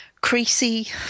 Creasy